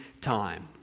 time